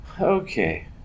Okay